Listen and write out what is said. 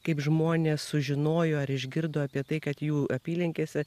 kaip žmonės sužinojo ar išgirdo apie tai kad jų apylinkėse